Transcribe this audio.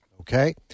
okay